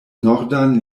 nordan